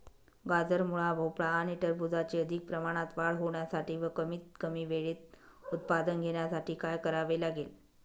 गाजर, मुळा, भोपळा आणि टरबूजाची अधिक प्रमाणात वाढ होण्यासाठी व कमीत कमी वेळेत उत्पादन घेण्यासाठी काय करावे लागेल?